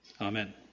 Amen